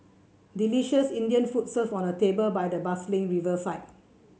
delicious Indian food served on a table by the bustling riverside